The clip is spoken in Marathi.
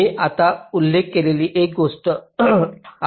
मी आत्ता उल्लेख केलेली ही एक गोष्ट आहे